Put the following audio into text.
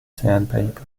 sandpaper